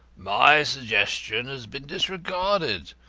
my suggestion has been disregarded.